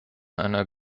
einer